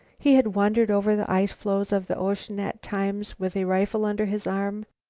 he had wandered over the ice-floes of the ocean at times with a rifle under his arm,